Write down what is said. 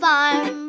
Farm